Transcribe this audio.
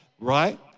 right